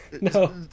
No